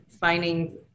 finding